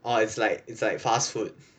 orh it's like it's like fast food